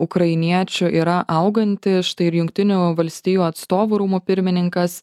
ukrainiečių yra auganti štai ir jungtinių valstijų atstovų rūmų pirmininkas